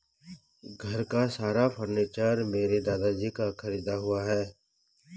घर का सारा फर्नीचर मेरे दादाजी का खरीदा हुआ है